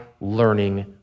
learning